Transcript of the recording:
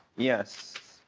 yes.